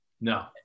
no